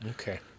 Okay